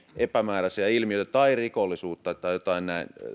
epämääräisiä ilmiöitä tai rikollisuutta tai joitain